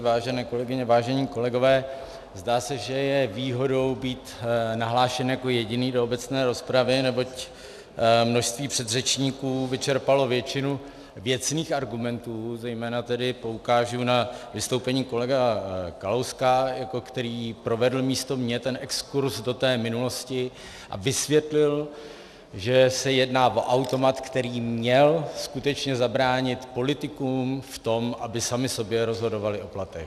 Vážené kolegyně, vážení kolegové, zdá se, že je výhodou být nahlášen jako jediný do obecné rozpravy, neboť množství předřečníků vyčerpalo většinu věcných argumentů, zejména tedy poukážu na vystoupen kolegy Kalouska, který provedl místo mne ten exkurz do minulosti a vysvětlil, že se jedná o automat, který měl skutečně zabránit politikům v tom, aby sami sobě rozhodovali o platech.